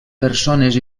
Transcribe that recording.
persones